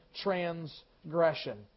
transgression